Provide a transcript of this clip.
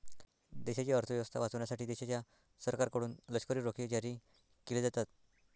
देशाची अर्थ व्यवस्था वाचवण्यासाठी देशाच्या सरकारकडून लष्करी रोखे जारी केले जातात